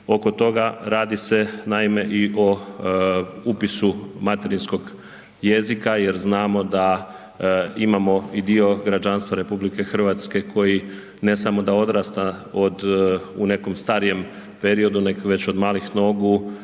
oko toga. Radi se naime i o upisu materinskog jezika jer znamo da imamo i dio građanstva RH koji ne samo da odrasta od, u nekom starijem periodu nego već od malih nogu